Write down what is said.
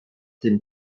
tym